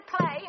play